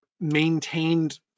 maintained